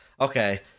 okay